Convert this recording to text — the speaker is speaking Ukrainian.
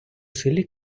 селі